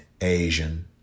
Asian